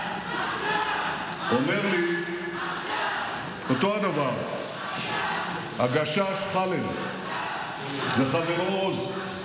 אומר לי אותו הדבר הגשש חאלד וחברו עוז: